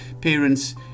parents